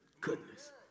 Goodness